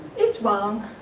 it's wrong,